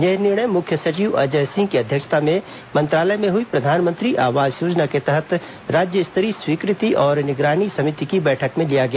यह निर्णय मुख्य सचिव अजय सिंह की अध्यक्षता में मंत्रालय में हई प्रधानमंत्री आवास योजना के तहत राज्य स्तरीय स्वीकृति और निगरानी समिति की बैठक में लिया गया